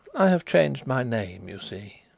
i have changed my name you see.